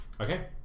Okay